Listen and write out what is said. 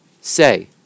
say